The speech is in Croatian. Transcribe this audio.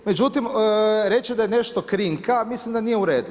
Međutim, reći da je nešto krinka, mislim da nije u redu.